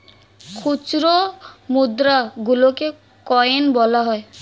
খুচরো মুদ্রা গুলোকে কয়েন বলা হয়